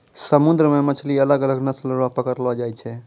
समुन्द्र मे मछली अलग अलग नस्ल रो पकड़लो जाय छै